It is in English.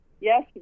yes